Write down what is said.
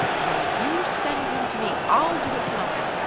well, you send him to me i'll do it for nothing.